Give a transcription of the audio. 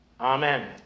Amen